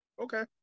Okay